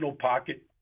pocket